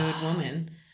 woman